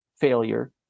failure